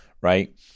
right